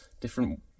Different